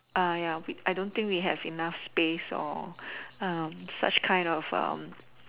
uh ya I don't think we have enough space or such kind of